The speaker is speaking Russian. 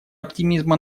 оптимизма